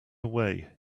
away